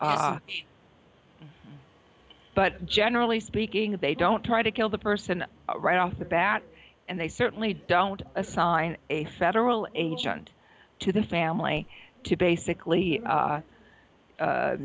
so but generally speaking they don't try to kill the person right off the bat and they certainly don't assign a federal agent to the family to basically